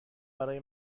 برای